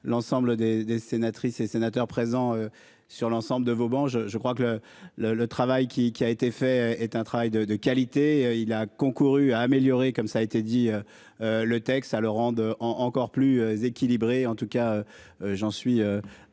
l'ensemble des des sénatrices et sénateurs présents sur l'ensemble de Vauban. Je je crois que le le le travail qui, qui a été fait est un travail de, de qualité, il a concouru à améliorer comme ça a été dit. Le texte. Ah le rendent en encore plus équilibrée, en tout cas. J'en suis